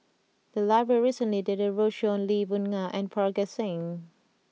the library recently did a roadshow on Lee Boon Ngan and Parga Singh